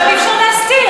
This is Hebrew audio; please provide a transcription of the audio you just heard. עכשיו אי-אפשר להסתיר.